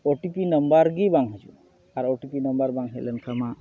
ᱳ T P ᱱᱟᱢᱵᱟᱨᱜᱮ ᱵᱟᱝ ᱦᱤᱡᱩᱜᱼᱟ ᱟᱨ ᱳ ᱴᱤ ᱯᱤ ᱱᱟᱢᱵᱟᱨ ᱵᱟᱝ ᱦᱮᱡᱞᱮᱱ ᱠᱷᱟᱱ ᱢᱟ